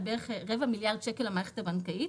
בערך רבע מיליארד שקל למערכת הבנקאית.